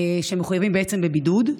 שמחויבים בבידוד,